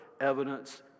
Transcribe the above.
evidence